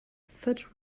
such